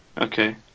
okay